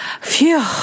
phew